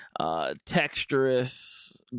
texturous